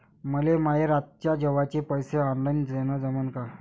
मले माये रातच्या जेवाचे पैसे ऑनलाईन देणं जमन का?